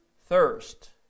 thirst